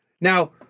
Now